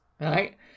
Right